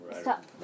Stop